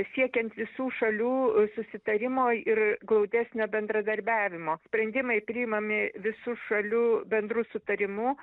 siekiant visų šalių susitarimo ir glaudesnio bendradarbiavimo sprendimai priimami visų šalių bendru sutarimu